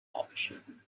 option